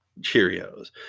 Cheerios